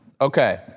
Okay